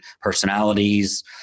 personalities